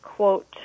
quote